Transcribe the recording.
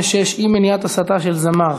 456: אי-מניעת הסתה של זמר,